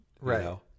Right